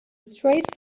straight